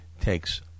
takes